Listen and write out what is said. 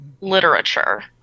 literature